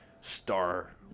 star